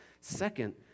Second